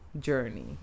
journey